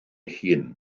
hun